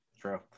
True